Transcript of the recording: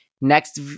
next